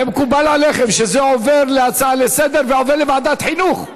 זה מקובל עליכם שזה הופך להצעה לסדר-היום ועובר לוועדת חינוך?